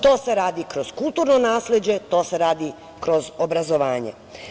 To se radi kroz kulturno nasleđe, to se radi kroz obrazovanje.